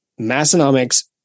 Massonomics